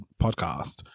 podcast